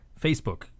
Facebook